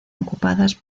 ocupadas